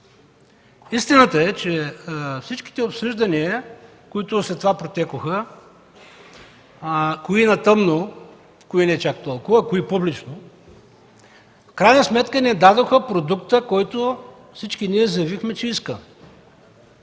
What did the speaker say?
Истината е, че всички обсъждания, които протекоха след това – кои на тъмно, кои не чак толкова, кои публично, в крайна сметка ни дадоха продукта, който всички ние заявихме, че искаме.